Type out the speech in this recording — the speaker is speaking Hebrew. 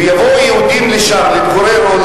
ויבואו יהודים לשם להתגורר,